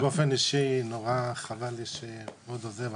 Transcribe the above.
באופן אישי נורא חבל לי שאהוד עוזב.